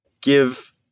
give